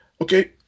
okay